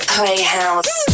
Playhouse